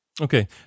Okay